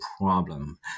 problem